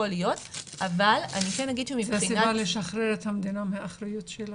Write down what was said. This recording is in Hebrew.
זה הסיבה לשחרר את המדינה מהאחריות שלה.